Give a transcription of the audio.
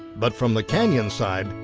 but from the canyon side,